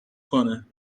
کنه